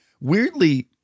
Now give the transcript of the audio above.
weirdly